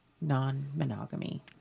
non-monogamy